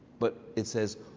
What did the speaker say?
but it says,